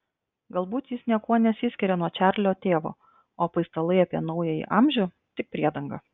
galbūt jis niekuo nesiskiria nuo čarlio tėvo o paistalai apie naująjį amžių tik priedanga